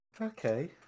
Okay